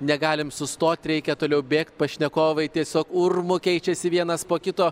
negalim sustot reikia toliau bėgt pašnekovai tiesiog urmu keičiasi vienas po kito